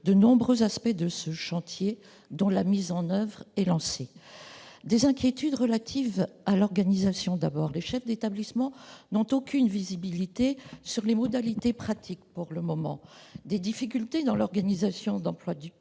de nombreux aspects de ce chantier, dont la mise en oeuvre est lancée. Il existe d'abord des inquiétudes relatives à l'organisation. Les chefs d'établissement n'ont aucune visibilité sur les modalités pratiques pour le moment : difficultés dans l'organisation des emplois du